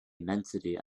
immensity